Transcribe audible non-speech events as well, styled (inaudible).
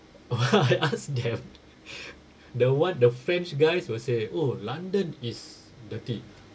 (laughs) I ask them the one the french guys will say oh london is dirty